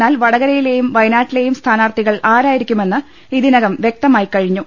എന്നാൽ വടകരയിലെയും വയനാട്ടിലെയും സ്ഥാനാർത്ഥികൾ ആരായിരിക്കുമെന്ന് ഇതിനകം വ്യക്തമായിക്കഴിഞ്ഞു